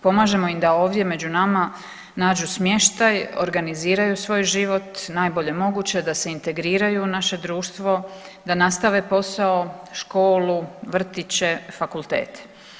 Pomažemo im da ovdje među nama nađu smještaj, organiziraju svoj život najbolje moguće da se integriraju u naše društvo, da nastave posao, školu, vrtiće, fakultete.